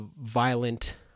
violent